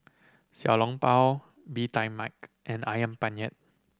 Xiao Long Bao Bee Tai Mak and Ayam Penyet